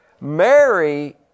Mary